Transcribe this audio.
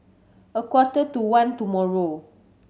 a quarter to one tomorrow